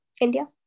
India